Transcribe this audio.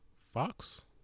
Fox